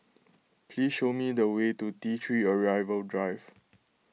please show me the way to T three Arrival Drive